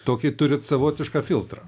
tokį turit savotišką filtrą